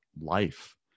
life